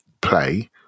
play